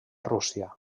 rússia